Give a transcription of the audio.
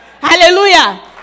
Hallelujah